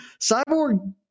Cyborg